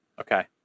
Okay